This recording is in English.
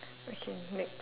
okay next